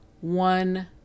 one